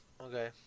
Okay